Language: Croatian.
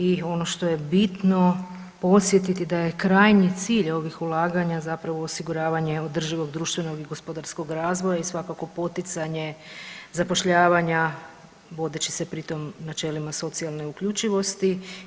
I ono što je bitno podsjetiti da je krajnji cilj ovih ulaganja zapravo osiguravanje održivog društvenog i gospodarskog razvoja i svakako poticanje zapošljavanja vodeći se pri tom načelima socijalne uključivosti.